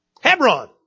Hebron